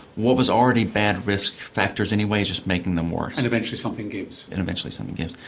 what was already bad risk factors anyway is just making them worse. and eventually something gives. and eventually something gives.